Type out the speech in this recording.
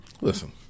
Listen